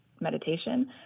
meditation